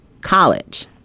college